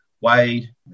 Wade